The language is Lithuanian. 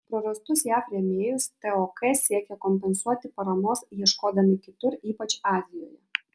prarastus jav rėmėjus tok siekė kompensuoti paramos ieškodami kitur ypač azijoje